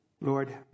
Lord